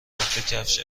کفش